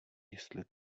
jestli